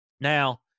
Now